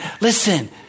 Listen